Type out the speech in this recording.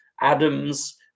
Adams